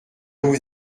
vous